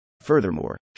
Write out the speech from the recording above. Furthermore